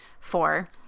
four